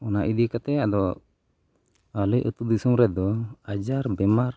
ᱚᱱᱟ ᱤᱫᱤ ᱠᱟᱛᱮᱫ ᱟᱫᱚ ᱟᱞᱮ ᱟᱛᱳᱼᱫᱤᱥᱚᱢ ᱨᱮᱫᱚ ᱟᱡᱟᱨ ᱵᱤᱢᱟᱨ